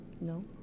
No